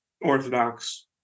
Orthodox